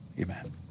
amen